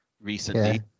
recently